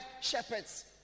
shepherds